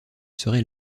serait